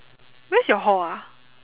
where's your hall ah